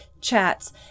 chats